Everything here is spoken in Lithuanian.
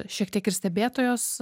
šiek tiek ir stebėtojos